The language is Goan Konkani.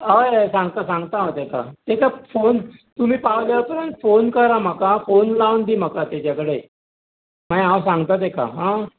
हय हय संगता सांगता हांव ताका हय ताका फॉन तुमी पावल्या उपरांत फोन करा म्हाका फोन लावन दी म्हाका ताच्या कडेन मागीर हांव सांगता ताका आं